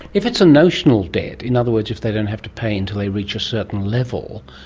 if it's a notional debt, in other words if they don't have to pay until they reach a certain level,